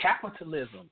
capitalism